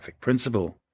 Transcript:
principle